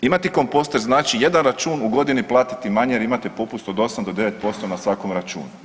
Imati komposter znači jedan račun u godini platiti manje, jer imate popust od 8 do 9% na svakome računu.